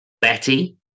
Betty